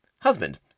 husband